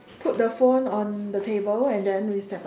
put the phone on the table and then we step out